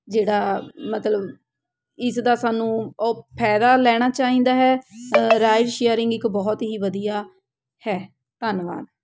ਜਿਹੜਾ ਮਤਲਬ ਇਸ ਦਾ ਸਾਨੂੰ ਉਹ ਫਾਇਦਾ ਲੈਣਾ ਚਾਹੀਦਾ ਹੈ ਰਾਈਡ ਸ਼ੇਅਰਿੰਗ ਇੱਕ ਬਹੁਤ ਹੀ ਵਧੀਆ ਹੈ ਧੰਨਵਾਦ